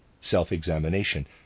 self-examination